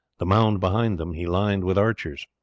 the mound behind them he lined with archers.